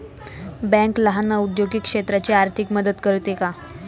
Bank लहान औद्योगिक क्षेत्राची आर्थिक मदत करते का?